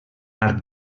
arc